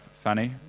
funny